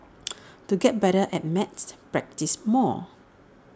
to get better at maths practise more